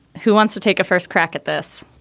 who wants to take a first crack at this?